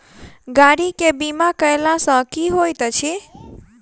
गाड़ी केँ बीमा कैला सँ की होइत अछि?